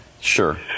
Sure